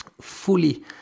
fully